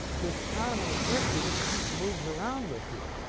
with kahneman and tversky, this kink moves around with you,